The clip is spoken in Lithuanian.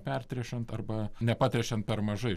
pertręšiant arba nepatręšiant per mažai